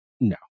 No